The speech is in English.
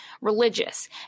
religious